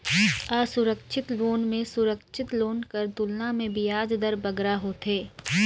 असुरक्छित लोन में सुरक्छित लोन कर तुलना में बियाज दर बगरा होथे